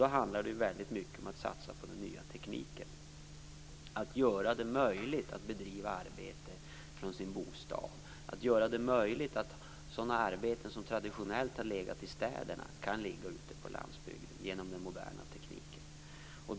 Då handlar det väldigt mycket om att satsa på den nya tekniken, att göra det möjligt att bedriva arbete från sin bostad, att se till att sådana arbeten som traditionellt har legat i städerna kan ligga ute på landsbygden genom den moderna tekniken.